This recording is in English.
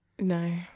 No